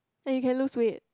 and you can lose weight